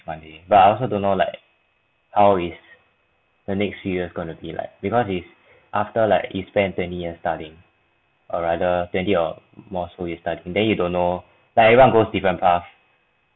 funny but I also don't know like how is the next year gonna be like because its after like you spend twenty years studying or rather twenty or more so years studying then you don't know like everyone goes different paths